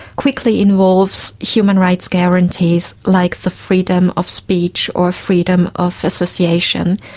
quickly involves human rights guarantees like the freedom of speech or freedom of association.